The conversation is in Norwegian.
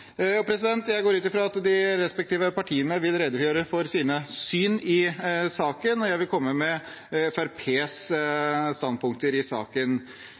Jeg går ut fra at de respektive partiene vil redegjøre for sine syn i saken. Jeg vil komme med Fremskrittspartiets standpunkter i saken.